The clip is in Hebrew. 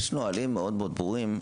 יש נהלים ברורים מאוד,